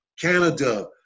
Canada